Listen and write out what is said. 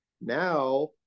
now